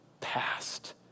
past